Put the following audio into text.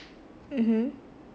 mmhmm